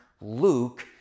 Luke